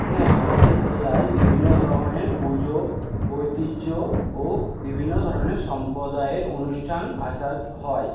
হ্যাঁ আমাদের জেলায় বিভিন্ন ধরনের পুজো ঐতিহ্য ও বিভিন্ন ধরনের সম্প্রদায়ের অনুষ্ঠান আচার হয়